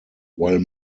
while